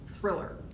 thriller